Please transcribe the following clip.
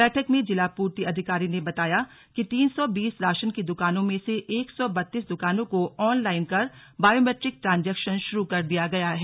बैठक में जिला पूर्ति अधिकारी ने बताया कि तीन सौ बीस राशन की दुकानों में से एक सौ बत्तीस दुकानों को ऑनलाइन कर बायोमैट्रिक ट्रांजेक्शन शुरू कर दिया गया है